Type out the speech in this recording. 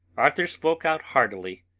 arthur spoke out heartily,